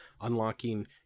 unlocking